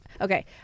Okay